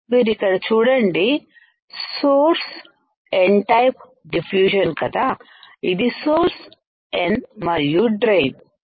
మీరు ఇక్కడ చూడండి సోర్స్ N టైపు డిఫ్యూషన్ కదా ఇది సోర్స్N మరియు డ్రైన్Drain